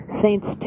saints